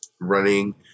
running